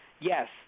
Yes